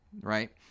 right